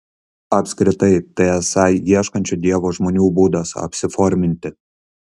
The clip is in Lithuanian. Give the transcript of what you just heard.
apskritai tai esą ieškančių dievo žmonių būdas apsiforminti